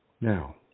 Now